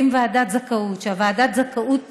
להקים ועדת זכאות, ושוועדת הזכאות